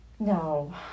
No